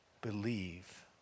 believe